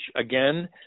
Again